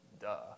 Duh